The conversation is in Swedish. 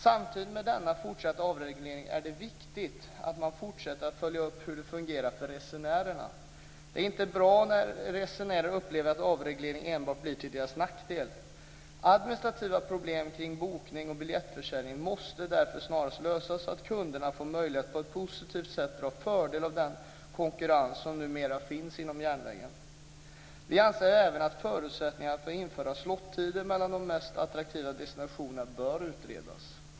Samtidigt med denna fortsatta avreglering är det viktigt att man fortsätter att följa upp hur det fungerar för resenärerna. Det är inte bra när resenärer upplever att avreglering enbart blir till deras nackdel. Administrativa problem omkring bokning och biljettförsäljning måste därför snarast lösas så att kunderna får möjlighet att på ett positivt sätt dra fördel av den konkurrens som numera finns inom järnvägen. Vi anser även att förutsättningarna att införa slot-tider mellan de mest attraktiva destinationerna bör utredas.